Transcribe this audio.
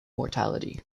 mortality